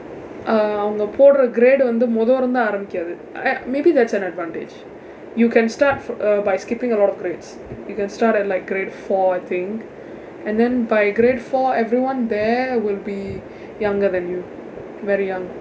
ah அவங்க போடுற:avnga podura grade வந்து முதலில் இருந்து ஆரம்பிக்காது:vanthu muthalil irunthu aarambikaathu ah maybe that's an advantage you can start by skipping a lot of grades you can start at like grade four I think and then by grade four everyone there will be younger than you very young